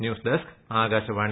news desk Akashvani